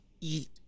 eat